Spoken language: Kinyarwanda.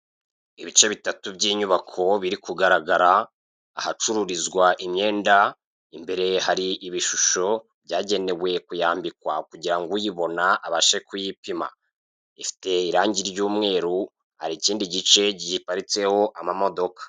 Ibice bitatu by'inyubako biri kugaragara ahacururizwa imyenda imbere hari ibishusho byagenewe kuyambikwa, kugira ngo uyibona abashe kuyipima ifite irange ry'umweri hari ikindi gice giparitseho amamodoka.